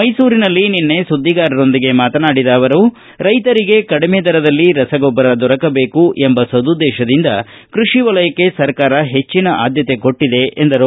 ಮೈಸೂರಿನಲ್ಲಿ ನಿನ್ನೆ ಸುದ್ದಿಗಾರರೊಂದಿಗೆ ಮಾತನಾಡಿದ ಅವರು ರೈತರಿಗೆ ಕಡಿಮೆ ದರದಲ್ಲಿ ರಸಗೊಬ್ಬರ ದೊರಕಬೇಕು ಎಂಬ ಸದುದ್ದೇಶದಿಂದ ಕೃಷಿ ವಲಯಕ್ಕೆ ಸರ್ಕಾರ ಹೆಚ್ಚಿನ ಆದ್ಗತೆ ಕೊಟ್ಟಿದೆ ಎಂದರು